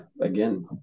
again